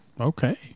Okay